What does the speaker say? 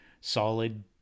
solid